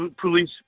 police